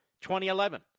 2011